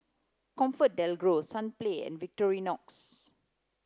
ComfortDelGro Sunplay and Victorinox